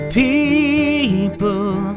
people